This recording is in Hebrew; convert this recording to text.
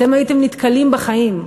אתם הייתם נתקלים בחיים.